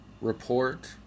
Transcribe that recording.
report